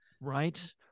Right